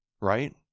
right